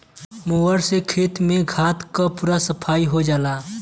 mower से खेत में घास के पूरा सफाई हो जाला